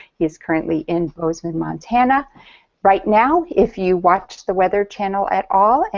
he is currently in bozeman, montana right now. if you watch the weather channel at all, and